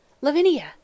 Lavinia